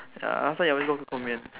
ah last time you alwyas go 可口面